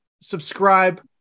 subscribe